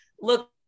look